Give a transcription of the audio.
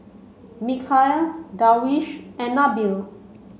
Mikhail Darwish and Nabil